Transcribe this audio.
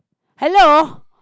hello